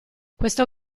questo